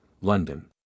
London